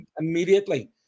immediately